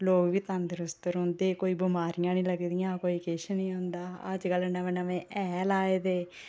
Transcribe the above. लोग बी तंदरूस्त रौह्ंदे कोई बमारियां नी लगदियां कोई किश नी होंदा अज्ज कल्ल नमें नमें हैल हाए दे